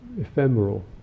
ephemeral